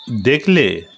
দেখলে